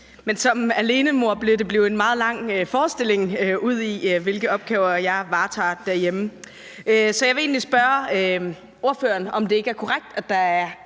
men som alenemor ville det blive en meget lang forestilling udi, hvilke opgaver jeg varetager derhjemme. Så jeg vil egentlig spørge ordføreren, om ikke det er korrekt, at der er